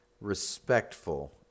respectful